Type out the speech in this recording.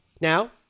Now